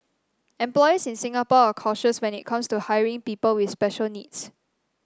employers in Singapore are cautious when it comes to hiring people with special needs